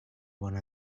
one